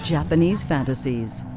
japanese fantasies.